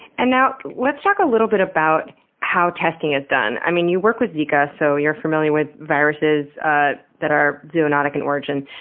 and now, let's talk a little bit about how testing is done. i mean, you work with zika so you're familiar with viruses ah that are zoonotic in origin.